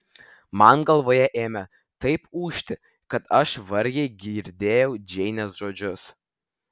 man galvoje ėmė taip ūžti kad aš vargiai girdėjau džeinės žodžius